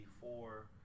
four